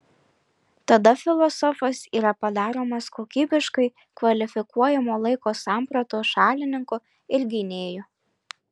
tada filosofas yra padaromas kokybiškai kvalifikuojamo laiko sampratos šalininku ir gynėju